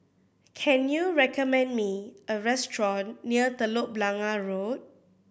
can you recommend me a restaurant near Telok Blangah Road